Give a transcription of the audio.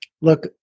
look